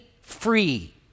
free